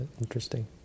Interesting